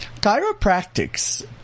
chiropractics